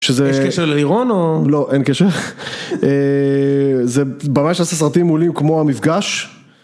יש קשר לאירון או? לא, אין קשר. זה ברנש שעשה סרטים מעולים כמו המפגש.